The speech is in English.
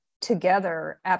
together